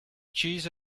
cheese